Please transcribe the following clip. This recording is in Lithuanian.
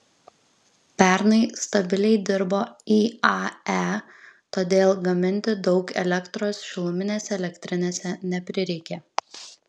pernai stabiliai dirbo iae todėl gaminti daug elektros šiluminėse elektrinėse neprireikė